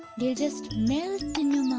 they'll just melt in your mouth!